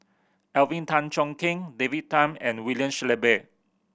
Alvin Tan Cheong Kheng David Tham and William Shellabear